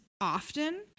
often